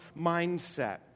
mindset